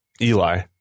Eli